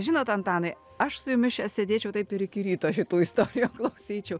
žinot antanai aš sumišęs sėdėčiau taip ir iki ryto šitų istorijų klausyčiau